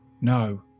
No